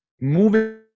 moving